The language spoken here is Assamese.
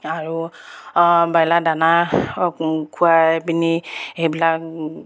আৰু ব্ৰইলাৰ দানা খুৱাই পিনি সেইবিলাক